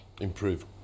improve